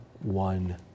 one